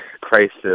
crisis